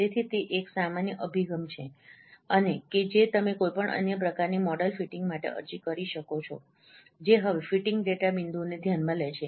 તેથી તે એક સામાન્ય અભિગમ છે અને કે તમે કોઈપણ અન્ય પ્રકારની મોડેલ ફિટિંગ માટે અરજી કરી શકો છો જે હવે ફિટિંગ ડેટા બિંદુઓને ધ્યાનમાં લે છે